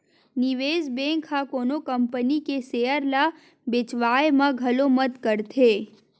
निवेस बेंक ह कोनो कंपनी के सेयर ल बेचवाय म घलो मदद करथे